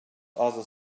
other